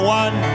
one